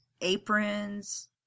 aprons